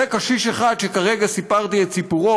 זה קשיש אחד שכרגע סיפרתי את סיפורו,